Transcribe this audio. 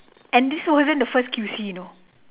and this wasn't the first Q_C you know